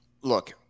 look